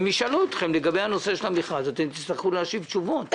הם ישאלו אתכם לגבי המכרז ואתם תצטרכו לתת תשובות.